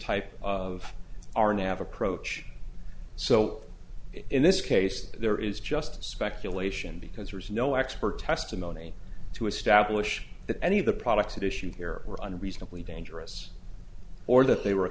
type of arnav approach so in this case there is just speculation because there is no expert testimony to establish that any of the products issued here were unreasonably dangerous or that they were a